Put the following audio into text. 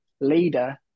leader